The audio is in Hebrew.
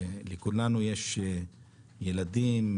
לכולנו יש ילדים,